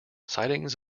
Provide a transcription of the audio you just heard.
sightings